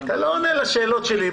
אתה לא עונה לשאלות שלי.